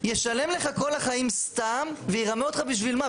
ישלם לך כל החיים סתם וירמה אותך בשביל מה?